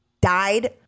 Died